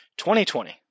2020